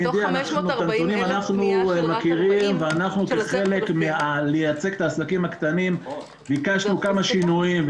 --- אנחנו כחלק מלייצג את העסקים הקטנים ביקשנו כמה שינויים.